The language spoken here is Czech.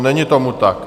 Není tomu tak.